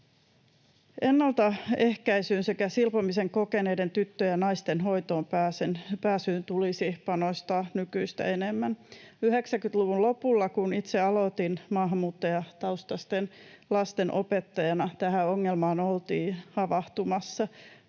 Ennaltaehkäisyyn sekä silpomisen kokeneiden tyttöjen ja naisten hoitoonpääsyyn tulisi panostaa nykyistä enemmän. 90-luvun lopulla, kun itse aloitin maahanmuuttajataustaisten lasten opettajana, tähän ongelmaan oltiin havahtumassa